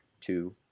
two